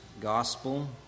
gospel